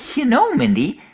you know, mindy,